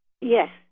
Yes